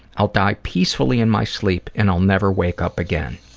i'll die peacefully in my sleep and i'll never wake up again.